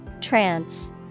Trance